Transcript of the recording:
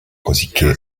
cosicché